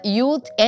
Youth